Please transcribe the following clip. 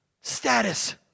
status